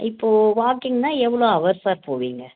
இப்போது வாக்கிங்னால் எவ்வளோ ஹவர் சார் போவீங்க